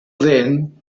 then